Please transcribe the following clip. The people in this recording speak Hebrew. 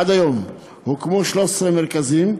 עד היום הוקמו 13 מרכזים,